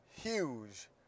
huge